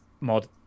mod